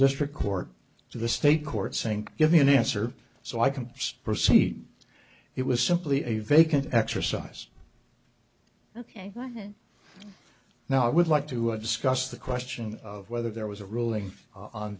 district court to the state court saying give me an answer so i can proceed it was simply a vacant exercise ok and now i would like to discuss the question of whether there was a ruling on